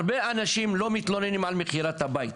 הרבה אנשים לא מתלוננים על מכירת הבית.